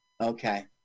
Okay